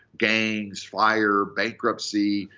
gangs, fire, bankruptcy,